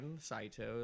Saito